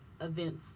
events